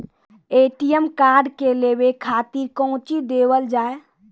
ATM card लेवे के खातिर कौंची देवल जाए?